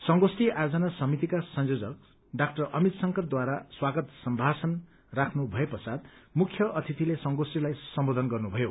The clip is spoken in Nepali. संगोष्ठी आयोजन समितिका संयोजक डा अमित शंकरद्वारा स्वागत सम्भाषण राख्नु भए पश्चात मुख्य अतिथिले संगोष्ठीलाई सम्बोधन गर्नुभयो